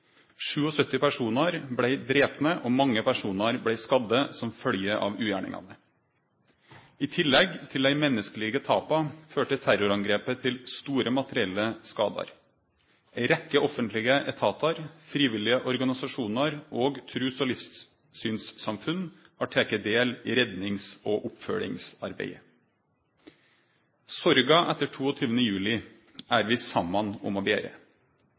personar blei drepne, og mange personar blei skadde som følgje av ugjerningane. I tillegg til dei menneskelege tapa førte terrorangrepet til store materielle skadar. Ei rekkje offentlege etatar, frivillige organisasjonar og trus- og livssynssamfunn har teke del i rednings- og oppfølgingsarbeidet. Sorga etter 22. juli er vi saman om å bere.